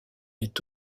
est